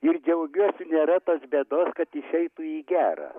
ir džiaugiuosi nėra tos bėdos kad išeitų į gera